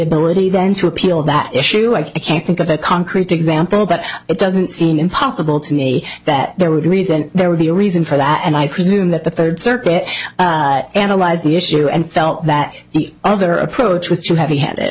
ability then to appeal that issue i can't think of a concrete example but it doesn't seem impossible to me that there would be reason there would be a reason for that and i presume that the third circuit analyzed the issue and felt that the other approach was to have a had it